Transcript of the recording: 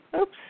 Oops